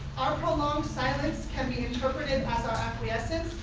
our prolonged silence can be interpreted as our acquiescence,